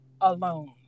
alone